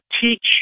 teach